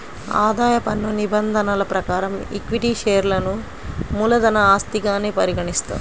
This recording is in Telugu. ఆదాయ పన్ను నిబంధనల ప్రకారం ఈక్విటీ షేర్లను మూలధన ఆస్తిగానే పరిగణిస్తారు